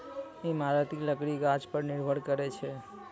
इमारती लकड़ी गाछ पर निर्भर करै छै